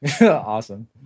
awesome